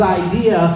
idea